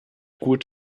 gut